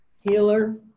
healer